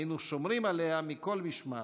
היינו שומרים עליה מכל משמר.